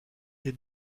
des